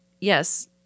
yes